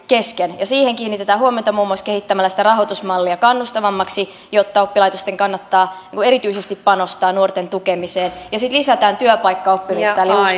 kesken siihen kiinnitetään huomiota muun muassa kehittämällä sitä rahoitusmallia kannustavammaksi jotta oppilaitosten kannattaa erityisesti panostaa nuorten tukemiseen ja sitten lisätään työpaikkaoppimista